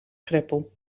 greppel